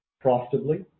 profitably